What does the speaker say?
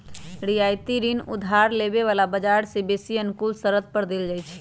रियायती ऋण उधार लेबे बला के बजार से बेशी अनुकूल शरत पर देल जाइ छइ